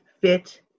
fit